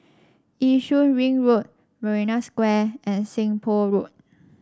Yishun Ring Road Marina Square and Seng Poh Road